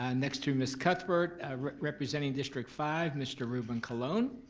and next to ms. cuthbert representing district five, mr. ruben colon.